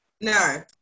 No